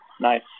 Nice